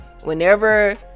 Whenever